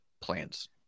plans